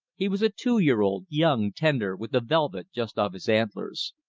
he was a two-year-old, young, tender, with the velvet just off his antlers.